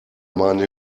meine